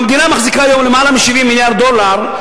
אם המדינה מחזיקה היום יותר מ-70 מיליארד דולר,